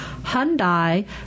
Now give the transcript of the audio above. Hyundai